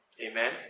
Amen